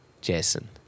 Jason